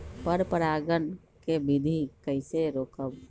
पर परागण केबिधी कईसे रोकब?